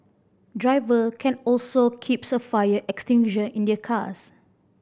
driver can also keeps a fire extinguisher in their cars